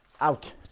Out